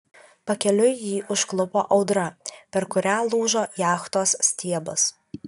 pakeliui jį užklupo audra per kurią lūžo jachtos stiebas